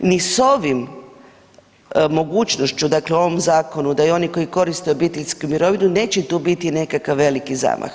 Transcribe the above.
Ni s ovim mogućnošću u ovom zakonu da i oni koji koriste obiteljsku mirovinu neće tu biti nekakav veliki zamah.